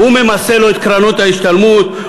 הוא ממסה לו את קרנות ההשתלמות,